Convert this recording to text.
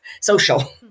social